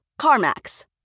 CarMax